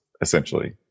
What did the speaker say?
essentially